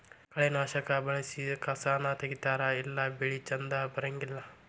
ಕಳೆನಾಶಕಾ ಬಳಸಿ ಕಸಾನ ತಗಿತಾರ ಇಲ್ಲಾ ಬೆಳಿ ಚಂದ ಬರಂಗಿಲ್ಲಾ